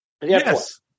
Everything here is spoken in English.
Yes